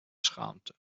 schaamte